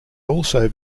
also